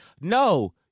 No